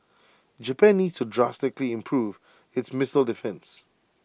Japan needs to drastically improve its missile defence